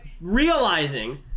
realizing